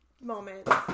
moments